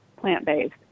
plant-based